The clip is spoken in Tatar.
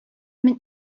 мин